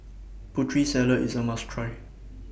Putri Salad IS A must Try